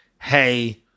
hey